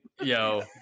Yo